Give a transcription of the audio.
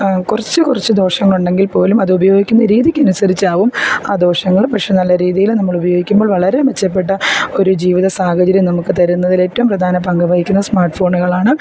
കുറച്ച് കുറച്ച് ദോഷങ്ങളുണ്ടെങ്കിൽ പോലും അത് ഉപയോഗിക്കുന്ന രീതിക്കനുസരിച്ചാവും ആ ദോഷങ്ങളും പക്ഷേ നല്ല രീതിയിലും നമ്മൾ ഉപയോഗിക്കുമ്പോൾ വളരെ മെച്ചപ്പെട്ട ഒരു ജീവിത സാഹചര്യം നമുക്ക് തരുന്നതിൽ ഏറ്റവും പ്രധാന പങ്ക് വഹിക്കുന്നത് സ്മാർട്ട് ഫോണുകളാണ്